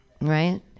right